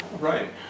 Right